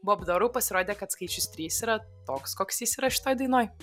bob dorou pasirodė kad skaičius trys yra toks koks jis yra šitoj dainoj